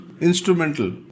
instrumental